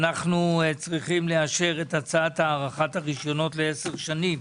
צריכים לאשר את הצעת הארכת הרישיונות ל-10 שנים.